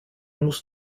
musst